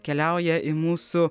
keliauja į mūsų